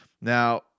Now